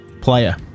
player